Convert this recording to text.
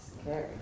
Scary